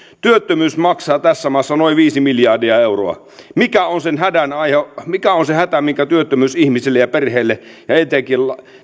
työttömyys maksaa tässä maassa noin viisi miljardia euroa mikä on se hätä mitä työttömyys aiheuttaa ihmiselle ja perheelle ja etenkin